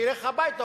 שילך הביתה,